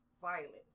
violence